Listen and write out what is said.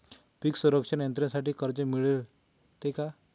पीक संरक्षण यंत्रणेसाठी कर्ज मिळते का?